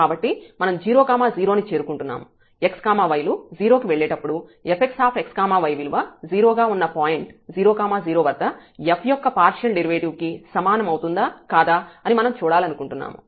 కాబట్టి మనం 0 0 ని చేరుకుంటున్నాము x y లు 0 కి వెళ్లేటప్పుడు fxxy విలువ 0 గా ఉన్న పాయింట్ 0 0 వద్ద f యొక్క పార్షియల్ డెరివేటివ్ కి సమానం అవుతుందా కాదా అని మనం చూడాలనుకుంటున్నాము